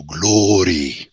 glory